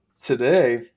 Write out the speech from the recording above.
today